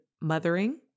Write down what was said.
mothering